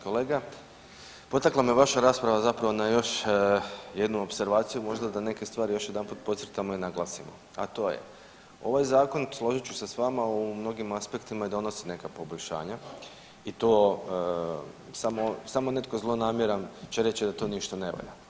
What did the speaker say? Kolega potakla me vaša rasprava zapravo na još jednu opservaciju možda da neke stvari još jedanput podcrtamo i naglasimo, a to je ovaj zakon složit ću se s vama u mnogim aspektima i donosi neka poboljšanja i to samo, samo netko zlonamjeran će reći da to ništa ne valja.